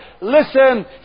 listen